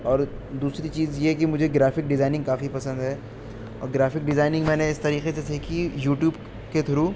اور دوسری چیز یہ کہ مجھے گرافک ڈیزائننگ بہت پسند ہے اور گرافک ڈیزائننگ میں نے اس طریقے سے سیکھی یوٹیوب کے تھرو